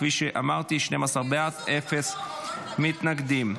כפי שאמרתי, 12 בעד, אפס מתנגדים.